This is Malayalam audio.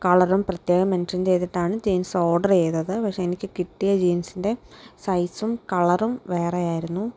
കളറും പ്രത്യേകം മെൻഷൻ ചെയ്തിട്ടാണ് ജീൻസ് ഓർഡർ ചെയ്തത് പക്ഷേ എനിക്ക് കിട്ടിയ ജീൻസിന്റെ സൈസും കളറും വേറെ ആയിരുന്നു